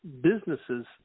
businesses